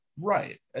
Right